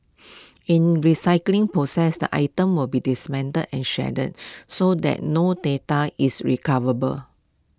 in recycling process the items will be dismantled and shredded so that no data is recoverable